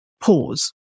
pause